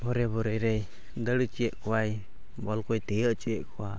ᱦᱚᱨᱮ ᱦᱚᱨᱮ ᱨᱮᱭ ᱫᱟᱹᱲ ᱦᱚᱪᱚᱭᱮᱫ ᱠᱚᱣᱟᱭ ᱵᱚᱞ ᱠᱚᱭ ᱛᱤᱭᱳᱜ ᱦᱚᱪᱚᱭᱮᱫ ᱠᱚᱣᱟ